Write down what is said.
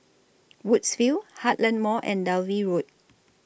Woodsville Heartland Mall and Dalvey Road